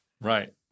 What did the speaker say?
Right